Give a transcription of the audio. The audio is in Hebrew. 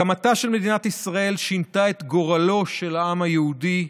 הקמתה של מדינת ישראל שינתה את גורלו של העם היהודי.